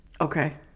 Okay